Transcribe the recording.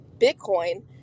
Bitcoin